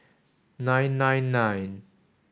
nine nine nine